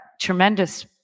tremendous